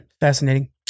Fascinating